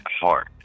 heart